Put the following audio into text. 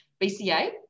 BCA